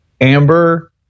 Amber